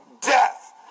death